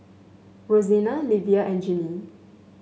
Rosena Livia and Ginny